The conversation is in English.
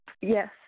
Yes